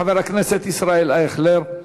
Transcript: חבר הכנסת ישראל אייכלר.